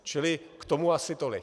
Čili k tomu asi tolik.